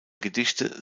gedichte